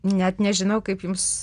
net nežinau kaip jums